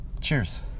cheers